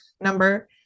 number